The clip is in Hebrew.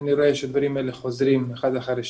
אני רואה שהדברים האלה חוזרים אחד אחרי השני,